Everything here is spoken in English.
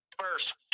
first